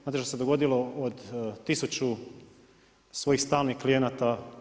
Znate što se dogodilo od 1000 svojih stalnih klijenata?